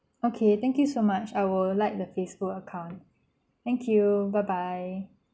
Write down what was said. okay thank you so much I will like the facebook account thank you bye bye